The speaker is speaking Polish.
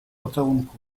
pocałunku